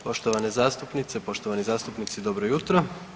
Poštovane zastupnice, poštovani zastupnici dobro jutro.